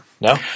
no